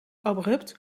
abrupt